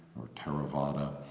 or theravada,